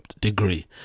degree